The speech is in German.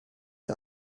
der